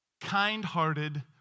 kind-hearted